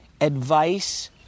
advice